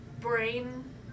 brain